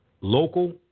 local